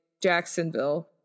Jacksonville